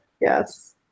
Yes